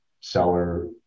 seller